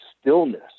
stillness